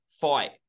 fight